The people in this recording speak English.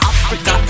Africa